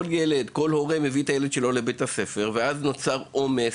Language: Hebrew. כל הורה מסיע את הילד שלו לבית הספר ואז נוצרים עומסים,